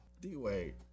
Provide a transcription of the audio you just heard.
D-Wade